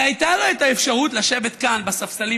הרי הייתה לו האפשרות לשבת כאן בספסלים